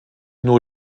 nur